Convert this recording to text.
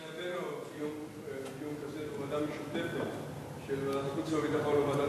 מבחינתנו דיון כזה בוועדה משותפת של ועדת